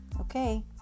Okay